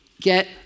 get